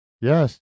Yes